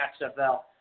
XFL